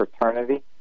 fraternity